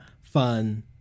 fun